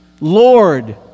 Lord